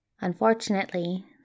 Unfortunately